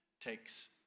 takes